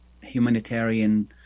humanitarian